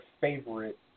favorite